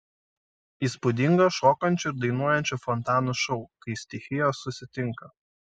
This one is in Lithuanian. įspūdingas šokančių ir dainuojančių fontanų šou kai stichijos susitinka